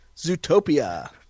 Zootopia